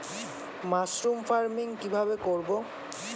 Mushroom farming কি ভাবে করব?